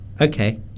okay